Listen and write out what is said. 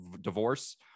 divorce